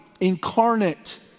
incarnate